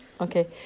Okay